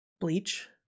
bleach